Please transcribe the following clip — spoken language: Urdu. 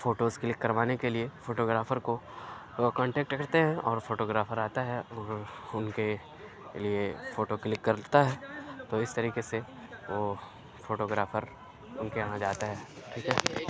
فوٹوز کلک کروانے کے لیے فوٹو گرافر کو وہ کانٹیکٹ کرتے ہیں اور فوٹو گرافر آتا ہے اور اُن کے لیے فوٹو کلک کرتا ہے تو اِس طریقے سے وہ فوٹو گرافر اُن کے یہاں جاتا ہے ٹھیک ہے